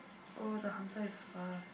oh the hunter is fast